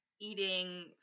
eating